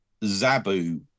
Zabu